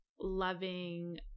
loving